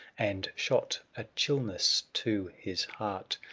and shot a chillness to his heart,